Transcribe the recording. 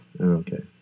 Okay